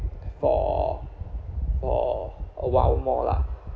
for for a while more lah